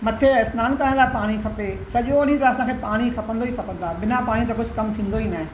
मथे सनान करणु लाइ पाणी खपे सॼो ॾींहुं त असां पाणी खपंदो ई खपंदो आहे बिना पाणी त कुझु कमु थींदो ई न आहे